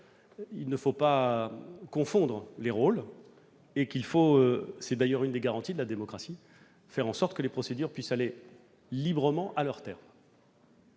il ne faut pas confondre les rôles et qu'il faut- c'est d'ailleurs une des garanties de la démocratie -faire en sorte que les procédures puissent aller librement à leur terme.